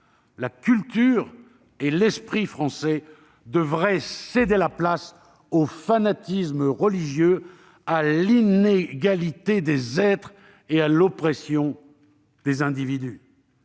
la culture et l'esprit français devraient céder la place au fanatisme religieux, à l'inégalité des êtres et à l'oppression des individus.